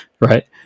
right